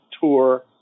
tour